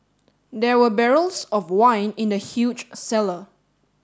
there were barrels of wine in the huge cellar